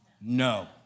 No